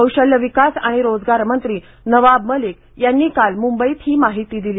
कौशल्यविकास आणि रोजगार मंत्री नवाब मलिक यांनी काल मुंबईत ही माहिती दिली